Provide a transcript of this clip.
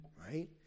right